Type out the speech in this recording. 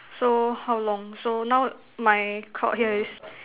so how long so now my cord here is